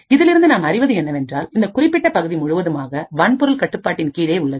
இதிலிருந்து நாம் அறிவது என்னவென்றால் இந்த குறிப்பிட்ட பகுதி முழுவதுமாக வன்பொருள் கட்டுப்பாட்டின் கீழே உள்ளது